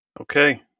okay